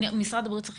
שאלה אחרונה.